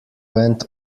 went